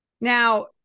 Now